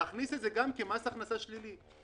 להכניס את זה גם כמס הכנסה שלילי.